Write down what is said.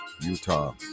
Utah